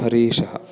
हरीशः